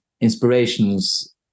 inspirations